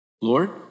Lord